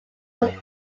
would